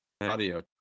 audio